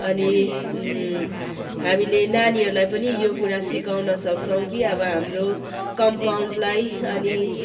अनि हामीले नानीहरलाई पनि यो कुरा सिकाउन सक्छोैं कि अबो हाम्रो कम्पाउन्डलाई अनि